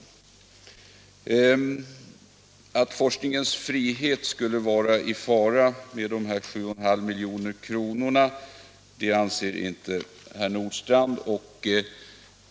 Herr Nordstrandh anser inte att forskningens frihet skulle vara i fara på grund av anslaget om 7,5 milj.kr.